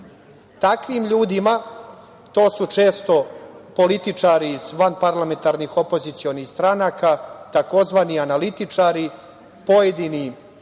sveto. Takvim ljudima, to su često političari iz vanparlamentarnih opozicionih stranaka, takozvani analitičari, pojedine javne